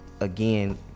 again